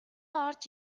орж